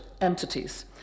entities